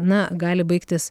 na gali baigtis